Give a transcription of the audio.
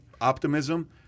optimism